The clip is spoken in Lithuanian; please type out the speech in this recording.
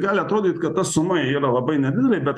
gali atrodyt kad ta suma yra labai nedidelė bet